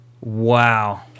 Wow